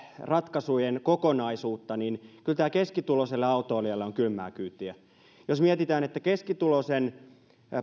ratkaisujen kokonaisuutta niin kyllä tämä keskituloiselle autoilijalle on kylmää kyytiä keskituloisen